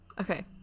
okay